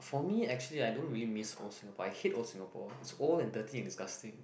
for me actually I don't really miss old Singapore I hate old Singapore is old and dirty and disgusting